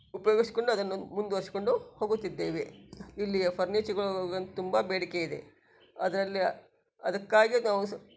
ಉಪಯೋಗ್ಸ್ಕೊಂಡು ಅದನ್ನು ಮುಂದುವರ್ಸ್ಕೊಂಡು ಹೋಗುತ್ತಿದ್ದೇವೆ ಇಲ್ಲಿಯ ಫರ್ನೀಚ್ಗಳು ತುಂಬ ಬೇಡಿಕೆ ಇದೆ ಅದರಲ್ಲಿ ಅದಕ್ಕಾಗೇ ನಾವು ಸ್